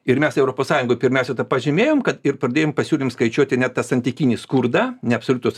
ir mes europos sąjungoj pirmiausia ta pažymėjom kad ir pradėjom pasiūlėm skaičiuoti ne tą santykinį skurdą neabsoliutus